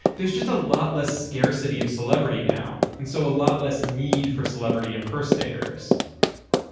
there's just a lot less scarcity of celebrity now and so a lot less need for celebrity impersonators